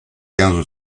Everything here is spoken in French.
quinze